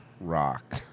Rock